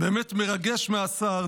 באמת מרגש מהשר.